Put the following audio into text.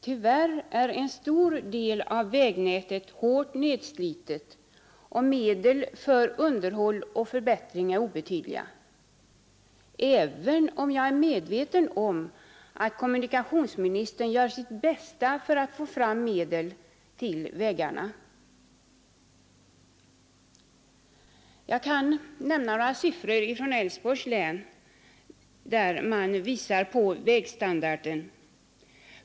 Tyvärr är en stor del av vägnätet hårt nedslitet, och medlen för underhåll och förbättring är obetydliga — även om jag är medveten om att kommunikationsministern gör sitt bästa för att få fram medel till vägarna. Jag kan nämna några siffror från Älvsborgs län som belyser vägstandarden.